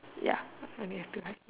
ya only have two line